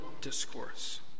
Discourse